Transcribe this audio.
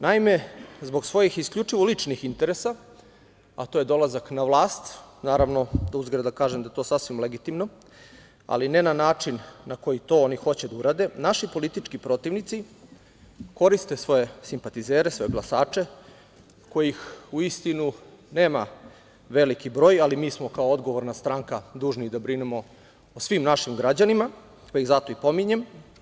Naime, zbog svojih isključivo ličnih interesa, a to je dolazak na vlast, naravno, uzgred da kažem da je to sasvim legitimno, ali ne na način na koji to oni hoće da urade, naši politički protivnici koriste svoje simpatizere, svoje glasače, kojih uistinu nema veliki broj, ali mi smo kao odgovorna stranka dužni i da brinemo o svim našim građanima, pa ih zato i pominjem.